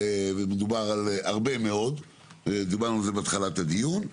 מדובר על הרבה מאוד ודיברנו על זה בתחילת הדיון,